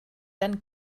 dann